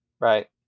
right